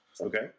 Okay